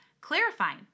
clarifying